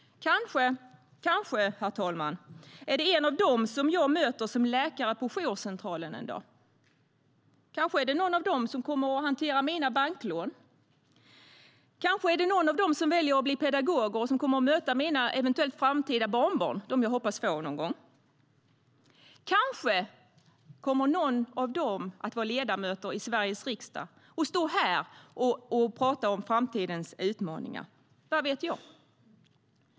Kanske är det en av dem jag möter som läkare på jourcentralen en dag, herr talman. Kanske är det någon av dem som kommer att hantera mina banklån. Kanske är det några av dem som väljer att bli pedagoger och kommer att möta mina eventuella, framtida barnbarn - dem jag hoppas få någon gång. Kanske kommer några av dem att vara ledamöter i Sveriges riksdag och stå här och tala om framtidens utmaningar - vad vet jag?